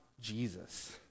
Jesus